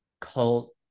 cult